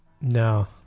No